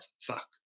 fuck